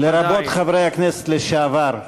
לרבות חברי הכנסת לשעבר.